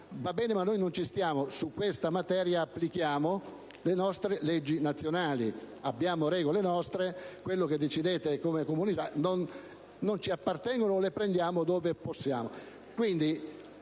va bene ma noi non ci stiamo, su questa materia applichiamo le nostre leggi nazionali; abbiamo regole nostre, e quelle che decidete come Comunità non ci appartengono, o le prendiamo dove possiamo.